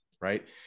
right